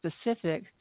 specific